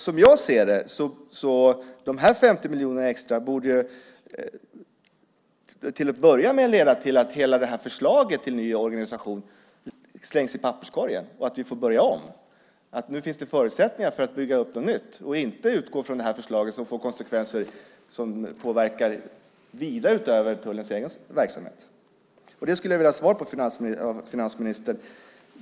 Som jag ser det borde de extra 50 miljonerna till att börja med leda till att hela förslaget till en ny organisation slängs i papperskorgen och att vi får börja om. Nu finns det förutsättningar för att bygga upp något nytt och inte utgå från det här förslaget, som påverkar vida utöver tullens egen verksamhet. Det skulle jag vilja ha svar på av finansministern.